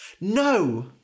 No